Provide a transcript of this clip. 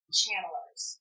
channelers